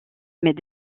mais